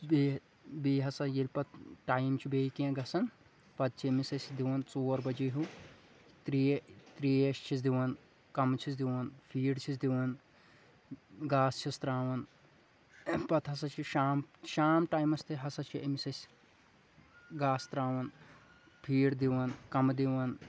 بیٚیہِ بیٚیہِ ہسا ییٚلہِ پتہٕ ٹایم چھُ بیٚیہِ کیٚنٛہہ گَژھان پتہٕ چھِ أمِس أسۍ دِوان ژور بجے ہیٛوٗ ترٚے ترٛیش چھِس دِوان کَمہِِ چھِس دِوان فیٖڈ چھِس دِوان گاسہِ چھِس ترٛاوان اَمہِ پتہٕ ہسا چھِ شام شام ٹایمس تہِ ہسا چھِ أمِس أسۍ گاسہٕ ترٛاوان فیٖڈ دِوان کَمہٕ دِوان